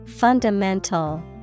Fundamental